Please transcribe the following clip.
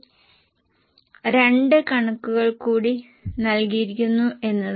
ഒരു യൂണിറ്റിന്റെ വില C 36 ൽ C 22 ആയി കണക്കാക്കി C 22 എന്താണ്